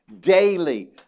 daily